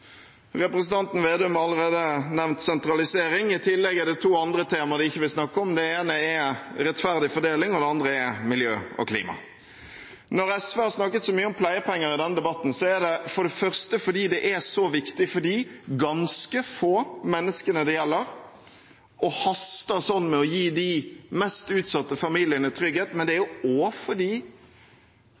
Representanten Slagsvold Vedum har allerede nevnt sentralisering. I tillegg er det to andre tema de ikke vil snakke om. Det ene er rettferdig fordeling, og det andre er miljø og klima. Når SV har snakket så mye om pleiepenger i denne debatten, er det for det første fordi det er så viktig for de ganske få menneskene det gjelder, og fordi det haster sånn med å gi de mest utsatte familiene trygghet, men det er også fordi